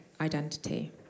identity